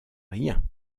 rien